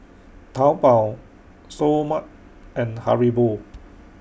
Taobao Seoul Mart and Haribo